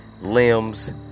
limbs